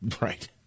right